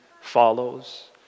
follows